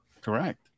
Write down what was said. Correct